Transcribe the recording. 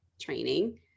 training